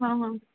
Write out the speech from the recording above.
हां हां